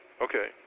okay